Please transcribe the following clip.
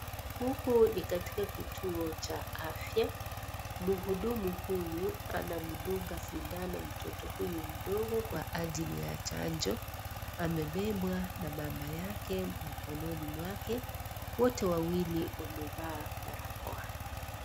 Huku ni katika kituo cha afya muhudumu huyu anamdunga sindano mtoto huyu mdogo kwa ajili ya chanjo amebebwa na mama yake mkononi mwake wote wawili wamevaa barakoa.